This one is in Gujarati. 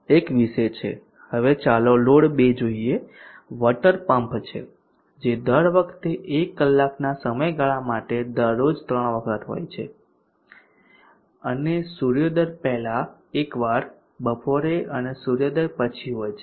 હવે ચાલો લોડ 2 જોઈએ વોટર પંપ છે જે દર વખતે 1 કલાકના સમયગાળા માટે દરરોજ 3 વખત હોય છે અને સૂર્યોદય પહેલાં એકવાર બપોરે અને સૂર્યોદય પછી હોય છે